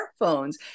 smartphones